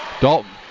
Dalton